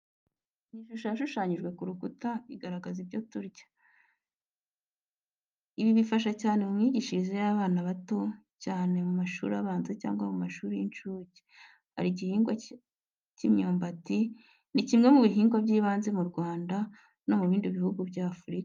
Ni shusho yashushanyije ku rukuta, igaragaza ibyo turya. Ibi bifasha cyane mu myigishirize y'abana bato cyane cyane mu mashuri abanza cyangwa mu mashuri y’inshuke. Hari igihingwa cya imyumbati ni kimwe mu biribwa by’ibanze mu Rwanda no mu bindi bihugu bya afurika.